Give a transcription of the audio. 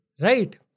right